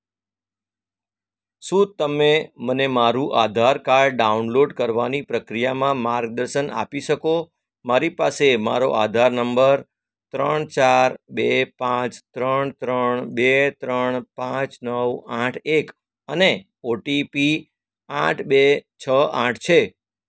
શું તમે મને મારું આધારકાર્ડ ડાઉનલોડ કરવાની પ્રક્રિયામાં માર્ગદર્શન આપી શકો મારી પાસે મારો આધાર નંબર ત્રણ ચાર બે પાંચ ત્રણ ત્રણ બે ત્રણ પાંચ નવ આઠ એક અને ઓટીપી આઠ બે છ આઠ છે